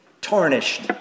tarnished